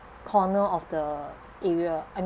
corner of the area I